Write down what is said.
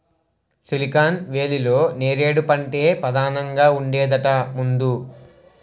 silicon వేలీలో నేరేడు పంటే పదానంగా ఉండేదట ముందు